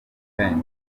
perezida